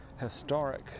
historic